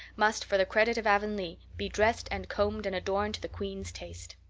must, for the credit of avonlea, be dressed and combed and adorned to the queen's taste.